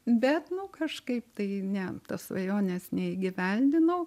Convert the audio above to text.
bet nu kažkaip tai ne tos svajonės neįgyvendinau